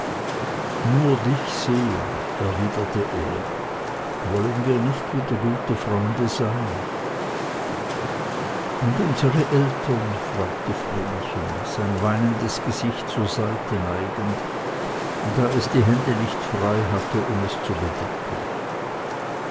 nur dich sehen erwiderte er wollen wir nicht wieder gute freunde sein und unsere eltern fragte vrenchen sein weinendes gesicht zur seite neigend da es die hände nicht frei hatte um es zu bedecken